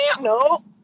no